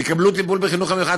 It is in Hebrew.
יקבלו טיפול בחינוך המיוחד,